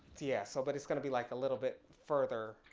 yeah, so but it's gonna be like a little bit further